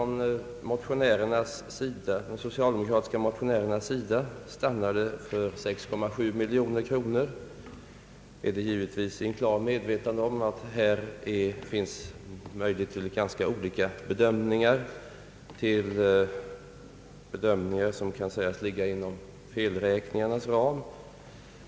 När de socialdemokratiska motionärerna stannade för 6,7 miljoner kronor var det givetvis i klart medvetande om att här finns möjlighet till ganska olika bedömningar — bedömningar som kan sägas ligga inom felräkningarnas ram.